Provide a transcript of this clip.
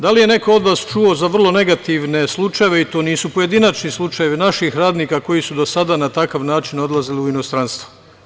Da li je neko od vas čuo za vrlo negativne slučajeve i to nisu pojedinačni slučajevi naših radnika koji su do sada na takav način odlazili u inostranstvo?